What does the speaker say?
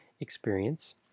experience